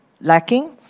lacking